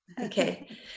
okay